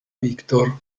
victor